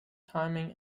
timing